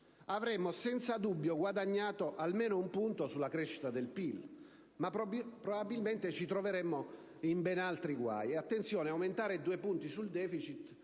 avremmo senza dubbio guadagnato almeno un punto sulla crescita del PIL, ma probabilmente ci troveremmo in ben altri guai.